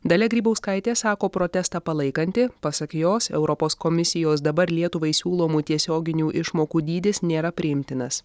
dalia grybauskaitė sako protestą palaikanti pasak jos europos komisijos dabar lietuvai siūlomų tiesioginių išmokų dydis nėra priimtinas